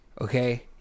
okay